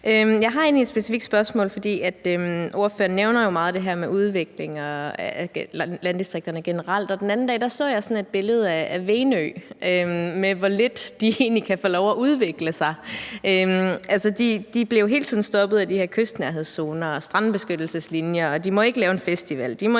Jeg har egentlig et specifikt spørgsmål, for ordføreren nævner jo meget det her med udvikling af landdistrikterne generelt. Den anden dag så jeg et billede fra Venø af, hvor lidt de egentlig kan få lov at udvikle sig. De blev hele tiden stoppet af de her kystnærhedszoner og strandbeskyttelseslinjer. De må ikke lave en festival,